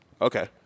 Okay